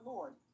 Lord